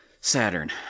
Saturn